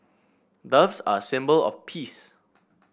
doves are a symbol of peace